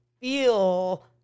feel